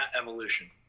evolution